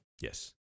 Yes